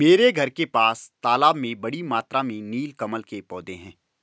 मेरे घर के पास के तालाब में बड़ी मात्रा में नील कमल के पौधें हैं